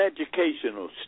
educational